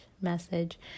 message